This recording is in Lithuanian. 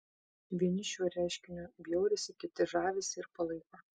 vieni šiuo reiškiniu bjaurisi kiti žavisi ir palaiko